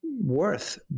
worth